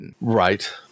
Right